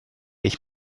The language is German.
ich